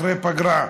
אחרי פגרה.